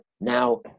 now